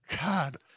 God